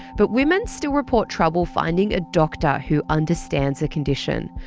but women still report trouble finding a doctor who understands the condition.